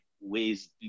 ways